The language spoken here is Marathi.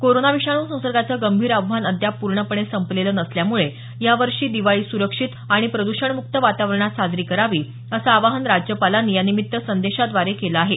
कोरोना विषाणू संसर्गाचं गंभीर आव्हान अद्याप पूर्णपणे संपलेलं नसल्यामुळे यावर्षी दिवाळी सुरक्षित पर्यावरणयुक्त आणि प्रदुषणमुक्त वातावरणात साजरी करावी असं आवाहन राज्यपालांनी या निमित्त संदेशाद्वारे केलं आहे